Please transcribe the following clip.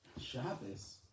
Shabbos